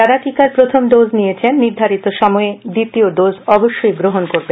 যারা টিকার প্রখম ডোজ নিয়েছেন নির্ধারিত সময়ে দ্বিতীয় ডোজ অবশ্যই গ্রহণ করবেন